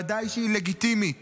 וודאי שהיא לגיטימית